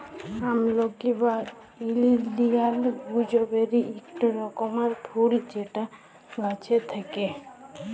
আমলকি বা Indian gooseberry ইকটি রকমকার ফুল যেটা গাছে থাক্যে